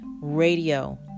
radio